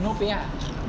no pay lah